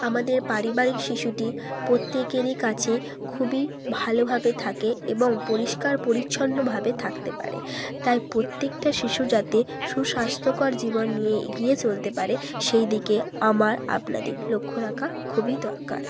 আমাদের পারিবারিক শিশুটি প্রত্যেকেরই কাছে খুবই ভালোভাবে থাকে এবং পরিষ্কার পরিচ্ছন্নভাবে থাকতে পারে তাই প্রত্যেকটা শিশু যাতে সুস্বাস্থ্যকর জীবন নিয়ে এগিয়ে চলতে পারে সেই দিকে আমার আপনাদের লক্ষ্য রাখা খুবই দরকার